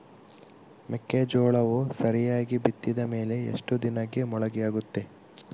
ಮೆಕ್ಕೆಜೋಳವು ಸರಿಯಾಗಿ ಬಿತ್ತಿದ ಮೇಲೆ ಎಷ್ಟು ದಿನಕ್ಕೆ ಮೊಳಕೆಯಾಗುತ್ತೆ?